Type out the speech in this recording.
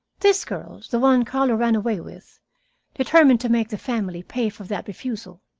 this girl the one carlo ran away with determined to make the family pay for that refusal.